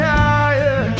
higher